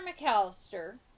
McAllister